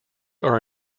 are